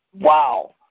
Wow